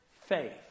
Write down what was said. faith